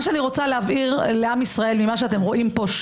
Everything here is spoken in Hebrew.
מה שאני רוצה להבהיר לעם ישראל ממה שאתם רואים פה,